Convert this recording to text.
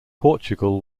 portugal